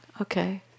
Okay